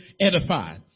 edify